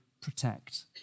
protect